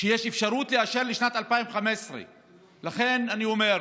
שיש אפשרות לאשר לשנת 2015. לכן אני אומר: